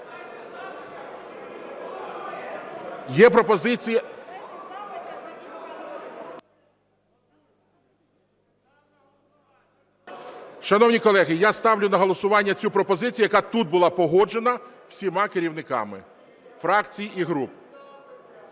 у залі) Шановні колеги, я ставлю на голосування цю пропозицію, яка тут була погоджена всіма керівниками фракцій і груп.